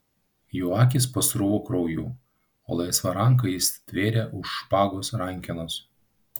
jo akys pasruvo krauju o laisva ranka jis stvėrė už špagos rankenos